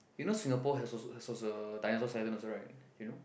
you know Singapore has also has a dinosaur also right you know